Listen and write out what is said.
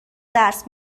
درس